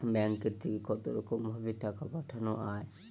ব্যাঙ্কের থেকে কতরকম ভাবে টাকা পাঠানো য়ায়?